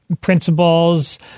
principles